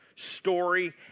story